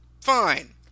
Fine